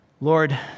Lord